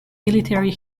military